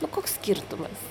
nu koks skirtumas